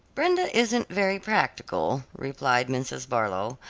brenda isn't very practical, replied mrs. barlow.